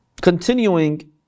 continuing